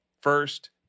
first